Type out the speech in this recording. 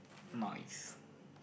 nice